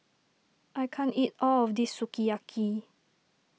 I can't eat all of this Sukiyaki